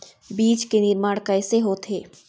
बीज के निर्माण कैसे होथे?